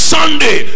Sunday